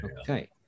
Okay